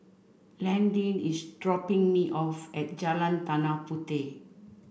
Landyn is dropping me off at Jalan Tanah Puteh